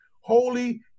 holy